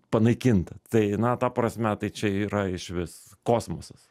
panaikinta tai na ta prasme tai čia yra išvis kosmosas